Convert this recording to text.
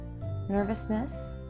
nervousness